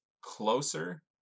closer